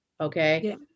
Okay